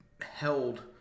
held